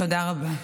תודה רבה.